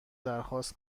درخواست